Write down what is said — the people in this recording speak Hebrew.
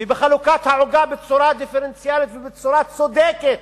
ובחלוקת העוגה בצורה דיפרנציאלית ובצורה צודקת.